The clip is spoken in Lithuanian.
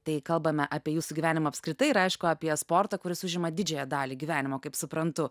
tai kalbame apie jūsų gyvenimą apskritai ir aišku apie sportą kuris užima didžiąją dalį gyvenimo kaip suprantu